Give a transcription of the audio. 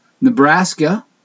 Nebraska